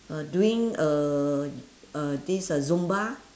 uh doing uh uh this uh zumba